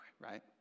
right